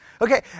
Okay